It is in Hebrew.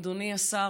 אדוני השר,